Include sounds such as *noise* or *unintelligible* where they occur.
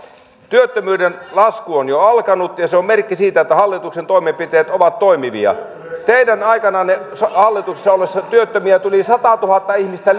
työttömyyden lasku on jo alkanut ja se on merkki siitä että hallituksen toimenpiteet ovat toimivia teidän aikananne hallituksessa ollessanne työttömiä tuli satatuhatta ihmistä *unintelligible*